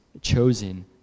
chosen